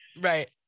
right